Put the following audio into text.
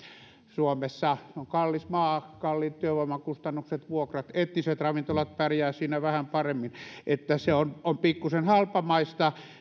suomessa on kallis maa kalliit työvoimakustannukset vuokrat etniset ravintolat pärjäävät siinä vähän paremmin eli se on on pikkuisen halpamaista